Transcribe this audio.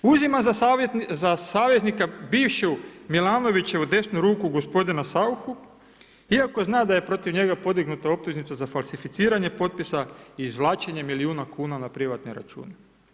Uzima za savjetnika bivšu Milanovićevu desnu ruku, gospodina Sauchu, iako zna da je protiv njega podignuta optužnica za falsificiranje potpisa i izvlačenje milijuna kuna na privatne račune.